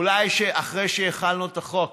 אולי אחרי שהחלנו את החוק